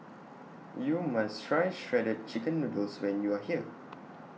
YOU must Try Shredded Chicken Noodles when YOU Are here